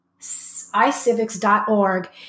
icivics.org